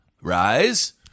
Rise